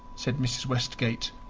said mrs. westgate.